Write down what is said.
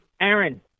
Aaron